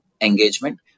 engagement